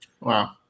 Wow